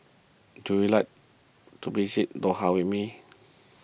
do you like to visit Doha with me